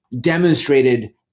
demonstrated